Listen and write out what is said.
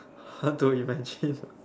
how to imagine